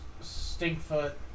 Stinkfoot